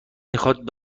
میخواد